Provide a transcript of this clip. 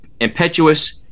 impetuous